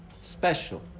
special